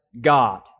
God